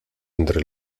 entre